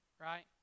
right